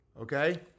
okay